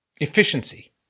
efficiency